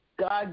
God